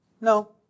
No